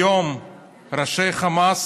היום ראשי חמאס